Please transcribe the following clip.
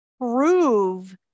prove